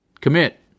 Commit